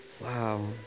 Wow